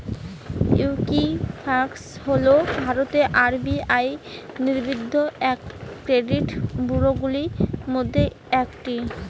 Equifax হল ভারতের RBI নিবন্ধিত ক্রেডিট ব্যুরোগুলির মধ্যে একটি